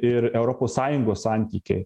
ir europos sąjungos santykiai